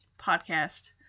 podcast